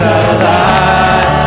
alive